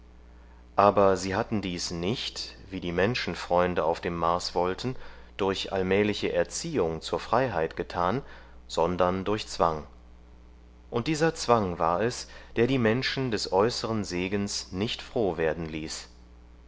aber sie hatten dies nicht wie die menschenfreunde auf dem mars wollten durch allmähliche erziehung zur freiheit getan sondern durch zwang und dieser zwang war es der die menschen des äußeren segens nicht froh werden ließ